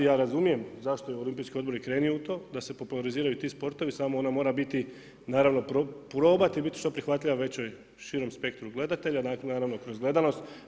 Ja razumijem zašto je Olimpijski odbor i krenuo u to da se populariziraju ti sportovi, samo ona mora biti probati biti što prihvatljiva većem širem spektru gledatelja, naravno kroz gledanost.